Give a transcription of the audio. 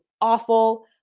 awful